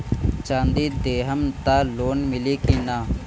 चाँदी देहम त लोन मिली की ना?